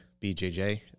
BJJ